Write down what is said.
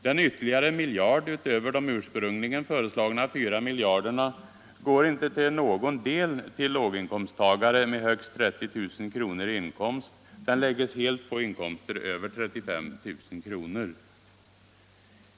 Den ytterligare miljarden över de ursprungligen föreslagna 4 miljarderna går inte till någon del till låginkomsttagare med högst 30 000 kr. i inkomst. Den läggs helt på inkomster över 35 000 kr.